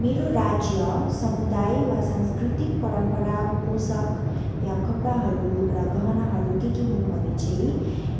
मेरो राज्य समुदाय वा सांस्कृतिक परम्परा पोसाक या कपडाहरू र गहनाहरू के के हुन् भने चाहिँ